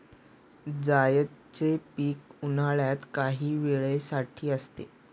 जायदचे पीक उन्हाळ्यात काही वेळे साठीच असते